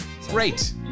Great